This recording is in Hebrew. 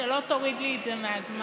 ושלא תוריד את זה מהזמן.